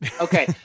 Okay